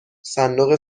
صندوق